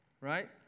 Right